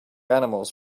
animals